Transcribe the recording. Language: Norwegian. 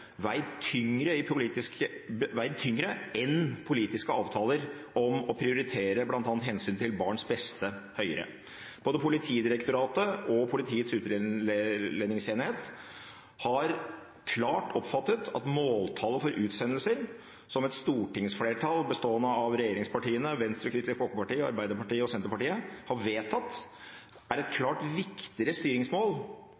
veid tyngre enn politiske avtaler om å prioritere bl.a. hensynet til barns beste høyere. Både Politidirektoratet og Politiets utlendingsenhet har klart oppfattet at måltallet for utsendelser som et stortingsflertall bestående av regjeringspartiene og Venstre, Kristelig Folkeparti, Arbeiderpartiet og Senterpartiet har vedtatt, er